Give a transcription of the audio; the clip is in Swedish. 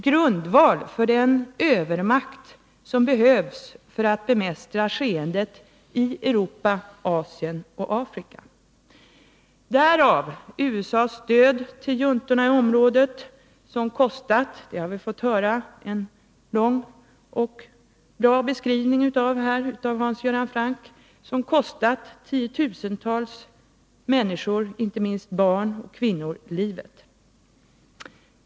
—-—-—- grundval för den övermakt som behövs för att bemästra skeendet i Europa, Asien och Afrika.” Därav kommer USA:s stöd till juntorna i området, som kostat — det har Hans Göran Franck gett oss en lång och bra beskrivning av — tio tusentals människor, inte minst barn och kvinnor, livet.